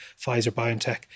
Pfizer-BioNTech